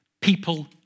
people